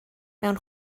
mewn